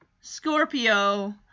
Scorpio